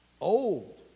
Old